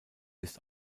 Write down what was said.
ist